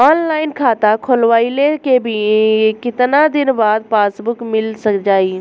Online खाता खोलवईले के कितना दिन बाद पासबुक मील जाई?